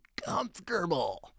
comfortable